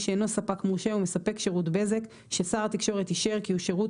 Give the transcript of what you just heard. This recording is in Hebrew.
שאינו ספק מורשה ומספק שירות בזק ששר התקשורת אישר כי הוא שירות